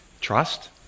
Trust